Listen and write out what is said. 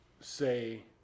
say